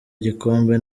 gikombe